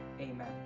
amen